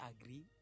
agree